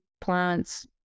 plants